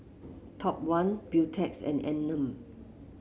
Top One Beautex and Anmum